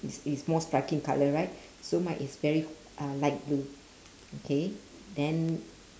it's it's more striking colour right so mine is very uh light blue okay then